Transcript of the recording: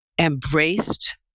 embraced